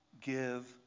give